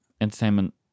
entertainment